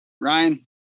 Ryan